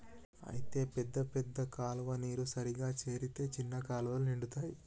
అయితే పెద్ద పెద్ద కాలువ నీరు సరిగా చేరితే చిన్న కాలువలు నిండుతాయి